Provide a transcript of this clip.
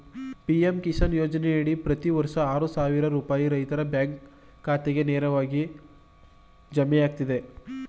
PM Kisan ಯೋಜನೆಯಡಿ ಪ್ರತಿ ವರ್ಷ ಆರು ಸಾವಿರ ರೂಪಾಯಿ ರೈತರ ಬ್ಯಾಂಕ್ ಖಾತೆಗೆ ನೇರವಾಗಿ ಜಮೆಯಾಗ್ತದೆ